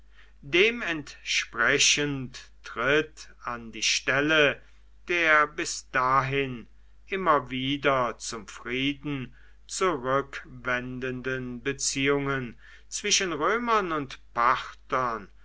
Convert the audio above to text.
entsprechend tritt an die stelle der bis dahin immer wieder zum frieden zurückwendenden beziehungen zwischen römern und parthern